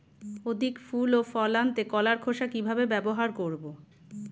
অধিক ফুল ও ফল আনতে কলার খোসা কিভাবে ব্যবহার করব?